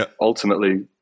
ultimately